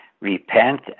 repent